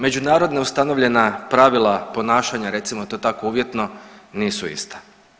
Međunarodno ustanovljena pravila ponašanja recimo to tako uvjetno nisu ista.